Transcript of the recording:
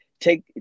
take